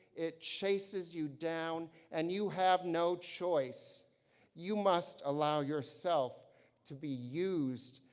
it chases you down and you have no choice you must allow yourself to be used,